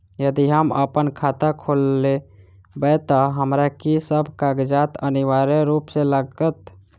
यदि हम अप्पन खाता खोलेबै तऽ हमरा की सब कागजात अनिवार्य रूप सँ लागत?